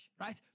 right